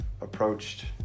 approached